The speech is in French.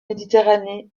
méditerranée